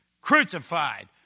crucified